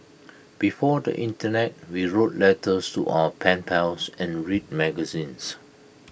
before the Internet we wrote letters to our pen pals and read magazines